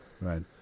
Right